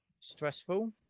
stressful